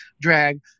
drag